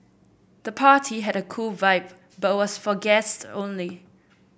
the party had a cool vibe but was for guest only